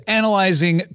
analyzing